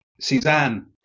Suzanne